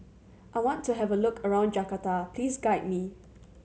I want to have a look around Jakarta Please guide me